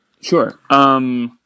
Sure